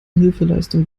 hilfeleistung